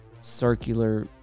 circular